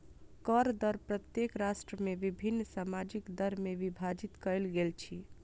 कर दर प्रत्येक राष्ट्र में विभिन्न सामाजिक दर में विभाजित कयल गेल अछि